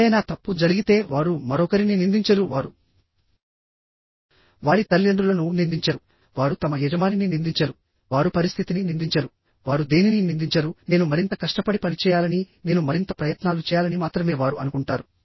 ఏదైనా తప్పు జరిగితే వారు మరొకరిని నిందించరు వారు వారి తల్లిదండ్రులను నిందించరు వారు తమ యజమానిని నిందించరు వారు పరిస్థితిని నిందించరు వారు దేనినీ నిందించరు నేను మరింత కష్టపడి పనిచేయాలని నేను మరింత ప్రయత్నాలు చేయాలని మాత్రమే వారు అనుకుంటారు